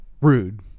Rude